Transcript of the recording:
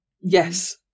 Yes